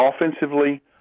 offensively